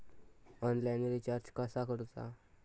Online recharge कसा करूचा?